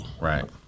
Right